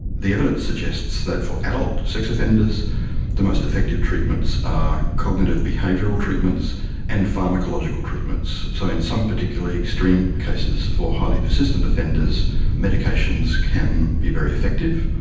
the evidence suggests that for adult sex offenders the most effective treatments are cognitive behavioural treatments and pharmacological treatments. so in some particularly extreme cases, for highly persistent offenders medications can be very effective,